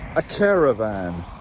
a caravan